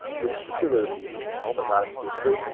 ah particularly if you're male, but not exclusively,